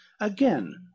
again